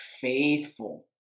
faithful